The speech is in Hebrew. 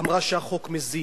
אמרה שהחוק מזיק.